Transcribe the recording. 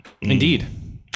Indeed